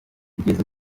kugeza